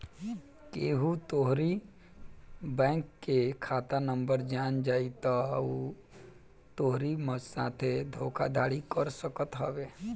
केहू तोहरी बैंक के खाता नंबर जान जाई तअ उ तोहरी साथे धोखाधड़ी कर सकत हवे